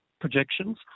projections